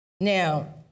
Now